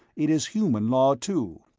it is human law, too.